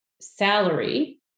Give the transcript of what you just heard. salary